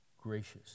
gracious